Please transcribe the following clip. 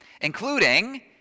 including